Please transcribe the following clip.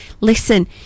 listen